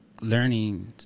learning